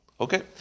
okay